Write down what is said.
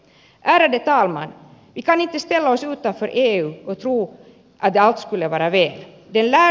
vi kan inte ställa oss utanför eu och tro att allt skulle vara väl